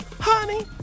honey